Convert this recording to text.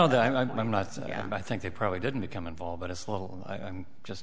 although i'm not saying i think they probably didn't become involved but it's a little i'm just